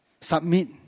Submit